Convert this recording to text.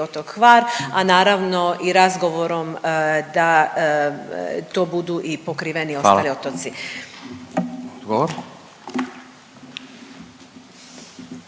otok Hvar, a naravno i razgovorom da to budu i pokriveni ostali otoci.